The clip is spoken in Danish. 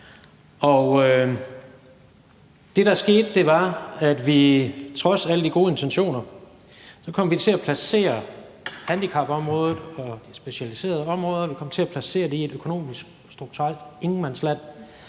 trods alle de gode intentioner kom til at placere handicapområdet og det specialiserede område i et økonomisk strukturelt ingenmandsland,